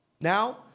now